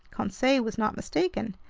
conseil was not mistaken.